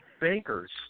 bankers